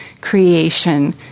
creation